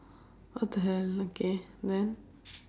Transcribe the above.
what the hell okay then